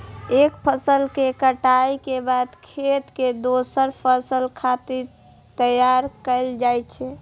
एक फसल के कटाइ के बाद खेत कें दोसर फसल खातिर तैयार कैल जाइ छै